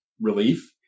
relief